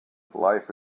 life